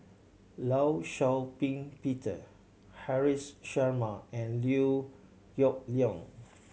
Law Shau Ping Peter Haresh Sharma and Liew Geok Leong